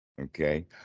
Okay